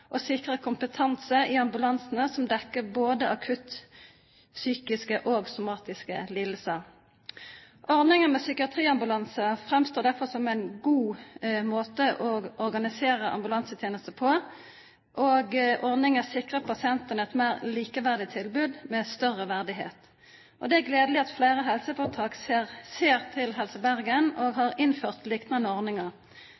å sikre kompetanse i ambulansene som dekker både akutte psykiske og somatiske lidelser. Ordningen med psykiatriambulanse framstår derfor som en god måte å organisere ambulansetjenesten på, og ordningen sikrer pasientene et mer likeverdig tilbud med større verdighet. Det er gledelig at flere helseforetak ser til Helse Bergen og